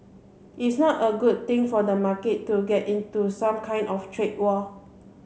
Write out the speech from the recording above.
it's not a good thing for the market to get into some kind of trade war